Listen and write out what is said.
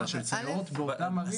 אלא זאת בעיה של הסייעות באותן ערים יקרות.